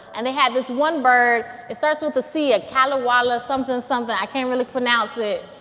and they had this one bird. it starts with a c a callawalla something, something. i can't really pronounce it